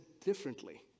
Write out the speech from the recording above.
differently